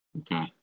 Okay